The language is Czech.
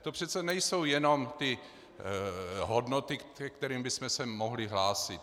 To přece nejsou jenom ty hodnoty, ke kterým bychom se mohli hlásit.